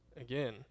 Again